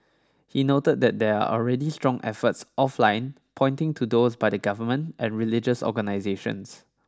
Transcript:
he noted that there are already strong efforts offline pointing to those by the Government and religious organizations